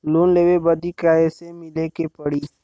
Loan लेवे बदी कैसे मिले के पड़ी?